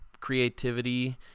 creativity